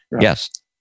Yes